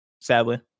Sadly